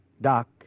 Doc